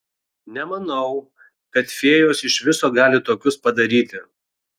nemanau kad fėjos iš viso gali tokius padaryti